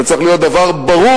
זה צריך להיות דבר ברור,